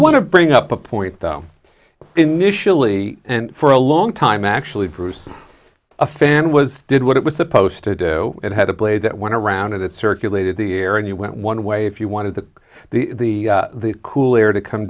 want to bring up a point though initially and for a long time actually druce a fan was did what it was supposed to do it had a blade that went around it circulated the air and you went one way if you wanted to the the the cool air to come